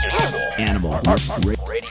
Animal